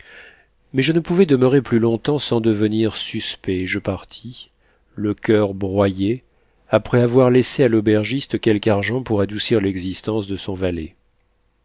mais je ne pouvais demeurer plus longtemps sans devenir suspect et je partis le coeur broyé après avoir laissé à l'aubergiste quelque argent pour adoucir l'existence de son valet